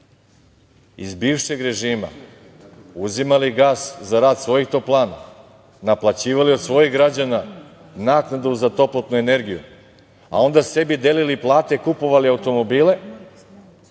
iz bivšeg režima uzimali gas za rad svojih toplana, naplaćivali od svojih građana naknadu za toplotnu energiju, a onda sebi delili plate, kupovali automobile,